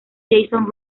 jason